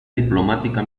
diplomática